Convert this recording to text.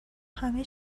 همه